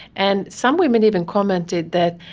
and some women even commented that,